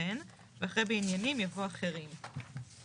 וכן באחרי "בעניינים" יבוא "אחרים".